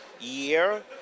year